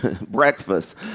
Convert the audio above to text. breakfast